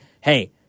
hey